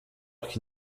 qui